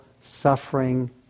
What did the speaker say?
suffering